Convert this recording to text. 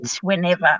whenever